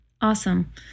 awesome